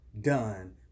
done